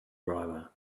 driver